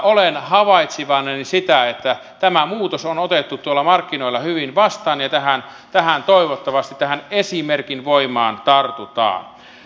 olen havaitsevinani sitä että tämä muutos on otettu markkinoilla hyvin vastaan ja toivottavasti tähän esimerkin voimaan tartutaan